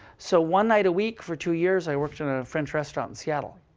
so one night a week for two years, i worked in a french restaurant in seattle.